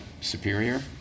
superior